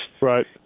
Right